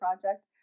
project